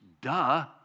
Duh